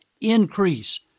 increase